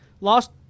lost